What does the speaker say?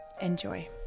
enjoy